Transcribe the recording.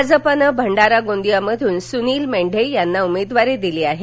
भाजपानं भंडारा गोंदियामधून सुनिल मेंढे यांना उमेदवारी दिली आहे